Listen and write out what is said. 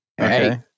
okay